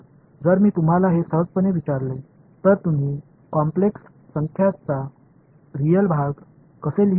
जर मी तुम्हाला हे सहजपणे विचारले तर तुम्ही कॉम्प्लेक्स संख्येचा रिअल भाग कसे लिहिता